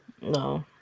No